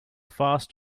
fast